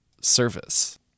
service